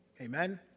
Amen